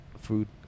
food